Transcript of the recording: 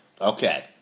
okay